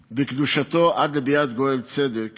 בקדושתו, עד לביאת גואל צדק